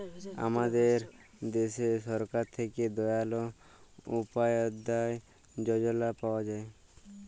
আমাদের দ্যাশে সরকার থ্যাকে দয়াল উপাদ্ধায় যজলা পাওয়া যায়